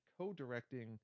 co-directing